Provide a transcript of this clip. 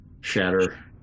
Shatter